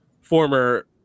former